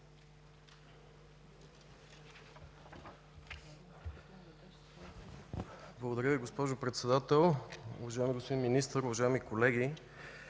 Благодаря Ви, госпожо Председател. Уважаеми господин Министър, уважаеми колеги!